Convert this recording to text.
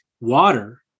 water